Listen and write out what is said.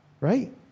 right